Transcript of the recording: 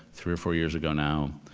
three or four years ago now,